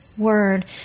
Word